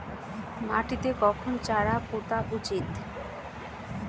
মাটিতে কখন চারা পোতা উচিৎ?